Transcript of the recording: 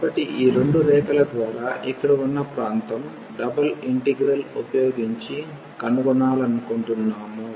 కాబట్టి ఈ రెండు రేఖల ద్వారా ఇక్కడ ఉన్న ప్రాంతం డబుల్ ఇంటిగ్రల్ ఉపయోగించి కనుగొనాలనుకుంటున్నాము